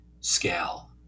scale